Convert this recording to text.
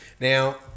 Now